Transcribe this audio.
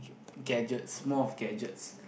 gadgets more of gadgets